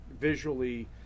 visually